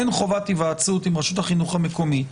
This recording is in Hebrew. אין חובת היוועצות עם רשות החינוך המקומית,